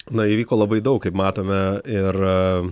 na įvyko labai daug kaip matome ir